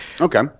okay